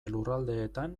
lurraldeetan